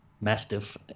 mastiff